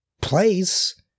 place